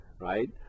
right